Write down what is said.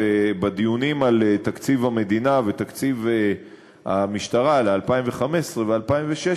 ובדיונים על תקציב המדינה ותקציב המשטרה ל-2015 ו-2016